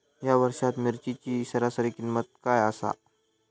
या वर्षात मिरचीची सरासरी किंमत काय आसा?